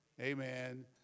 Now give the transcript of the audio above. amen